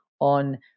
on